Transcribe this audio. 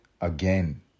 again